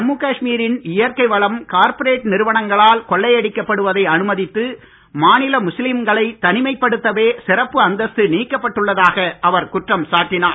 ஜம்மு காஷ்மீரின் இயற்கை வளம் கார்ப்பரேட் நிறுவனங்களால் கொள்ளையடிக்கப்படுதை அனுமதித்து மாநில முஸ்லீம்களை தனிமைப்படுத்தவே சிறப்பு அந்தஸ்து நீக்கப்பட்டுள்ளதாக அவர் குற்றம் சாட்டினார்